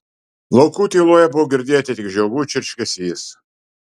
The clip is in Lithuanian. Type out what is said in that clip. laukų tyloje buvo girdėti tik žiogų čirškesys